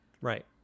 Right